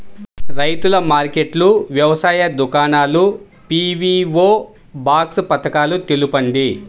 రైతుల మార్కెట్లు, వ్యవసాయ దుకాణాలు, పీ.వీ.ఓ బాక్స్ పథకాలు తెలుపండి?